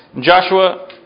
Joshua